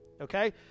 Okay